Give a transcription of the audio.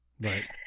right